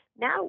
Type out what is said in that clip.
now